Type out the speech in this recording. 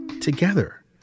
together